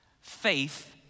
faith